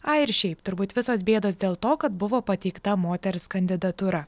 ai ir šiaip turbūt visos bėdos dėl to kad buvo pateikta moters kandidatūra